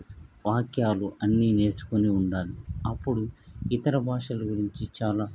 వాక్యాలు అన్నీ నేర్చుకుని ఉండాలి అప్పుడు ఇతర భాషల గురించి చాలా